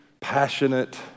passionate